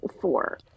Four